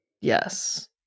Yes